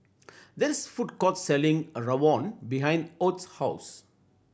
that food court selling rawon behind Ott's house